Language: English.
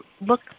look